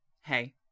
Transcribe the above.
Hey